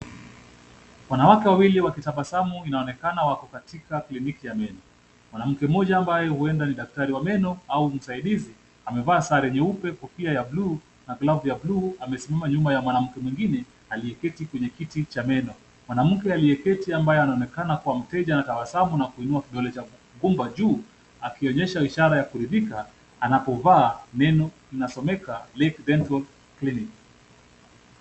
Wanawake wawili wakitabasamu inaonekana wako katika kilniki ya meno. Mwanamke mmoja ambaye huenda ni daktari wa meno au msaidizi, amevaa sare nyeupe, kofia ya buluu na glavu ya buluu. Amesimama nyuma ya mwanamke mwingine aliyeketi kwenye kiti cha meno. Mwanamke aliyeketi ambaye aonekana kuwa mteja anatabasamu na kuinua kidole cha gumba juu. Akionyesha ishara ya kurithika, anapovaa neno linasomeka, Lake Dental Clinic.